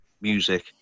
music